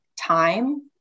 time